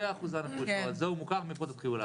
זהו, הוא מוכר, מפה תתחילו לעבוד.